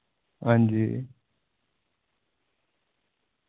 हां जी